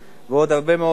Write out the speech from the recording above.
ועוד הרבה מאוד דברים.